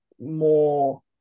more